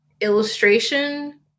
illustration